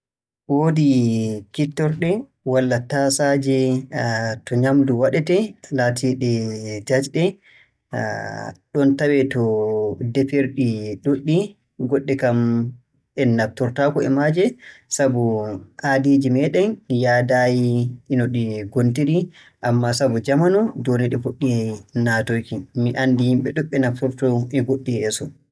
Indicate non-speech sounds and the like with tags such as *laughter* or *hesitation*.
Woodi kittorɗe walla taasaaje *hesitation* to nyaamndu waɗetee laatiiɗe jaajɗe, *hesitation* ɗon tawee to defirɗi ɗuuɗɗi. Goɗɗi kam en naftortaako e majje, sabu aadiiji meeɗen yahdaayi e no ɗi ngontiri, ammaa sabu jamanu jooni ɗi puɗɗii naatoyki. Mi anndi yimɓe ɗuuɗɓe naftorto e goɗɗi yeeso.